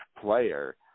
player